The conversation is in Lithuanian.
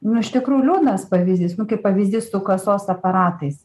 nu iš tikrųjų liūdnas pavyzdys nu kaip pavyzdys su kasos aparatais